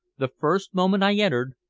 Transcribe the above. the first moment i entered,